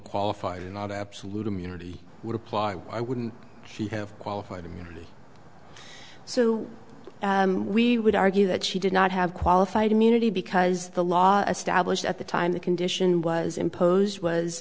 qualified not absolute immunity would apply i wouldn't she have qualified immunity so we would argue that she did not have qualified immunity because the law established at the time the condition was imposed